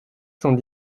cent